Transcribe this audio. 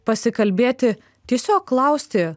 pasikalbėti tiesiog klausti